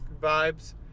vibes